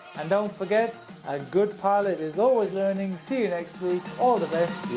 and don't forget a good pilot is always learning. see you next week, all the best,